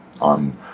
on